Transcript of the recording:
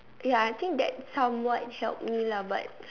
ya I think that somewhat helped me lah but